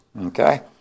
Okay